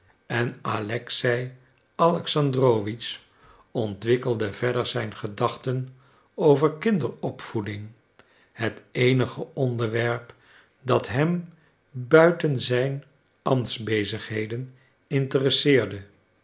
en alexei alexandrowitsch ontwikkelde verder zijn gedachten over kinderopvoeding het eenige onderwerp dat hem buiten zijn ambtsbezigheden interesseerde